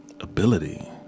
ability